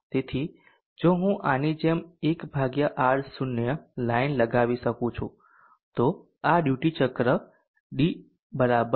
તેથી જો હું આની જેમ 1 R0 લાઈન લગાવી શકું છું તો આ ડ્યુટી ચક્ર d 0 પર છે